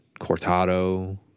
cortado